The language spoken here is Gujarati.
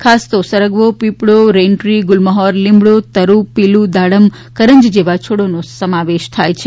ખાસ તો સરગવો પીપળો રેઈન દ્રી ગુલમહોર લીંબડો તરૂ પીલુ દાડમ કરન્જ જેવા છોડોનો સમાવેશ થાય છે